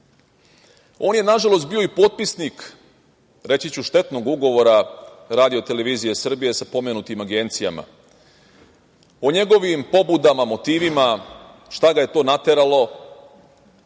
se. On je nažalost bio i potpisnik, reći ću, štetnog ugovora RTS sa pomenutim agencijama. O njegovim pobudama, motivima, šta ga je to nateralo,